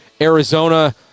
Arizona